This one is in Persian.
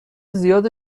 زیاد